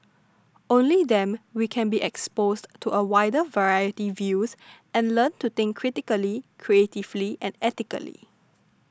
only them we can be exposed to a wider variety views and learn to think critically creatively and ethically